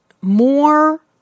more